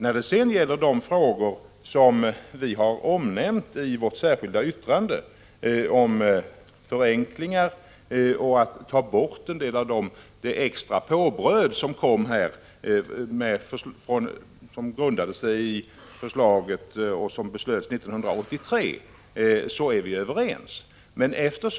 När det gäller de frågor som vi har omnämnt i vårt särskilda yttrande om förenklingar, varav en del skall tas bort, och det extra påbröd som beslöts 1983, är vi överens.